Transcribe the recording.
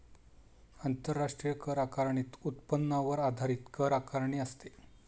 आंतरराष्ट्रीय कर आकारणीत उत्पन्नावर आधारित कर आकारणी असते